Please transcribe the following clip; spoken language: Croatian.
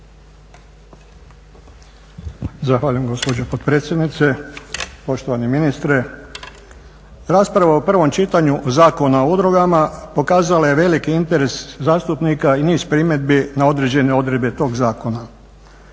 Zahvaljujem gospođo potpredsjednice. Poštovani ministre. Rasprava u prvom čitanju Zakona o udrugama pokazala je veliki interes zastupnika i niz primjedbi na određene odredbe tog zakona.